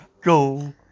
Go